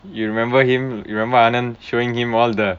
you remember him you remember anand showing him all the